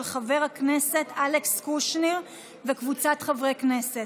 של חבר הכנסת אלכס קושניר וקבוצת חברי הכנסת.